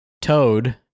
Toad